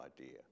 idea